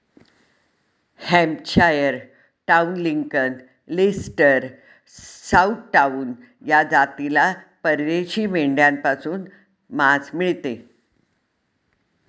Hampshire down, Lincoln, Leicester, Southdown या जातीला परदेशी मेंढ्यांपासून मांस मिळते